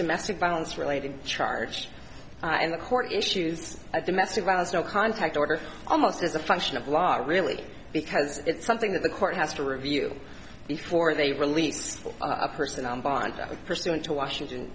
domestic violence related charge and the court issues of domestic violence no contact order almost as a function of law really because it's something that the court has to review before they release a person on bond pursuant to washington